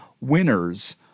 winners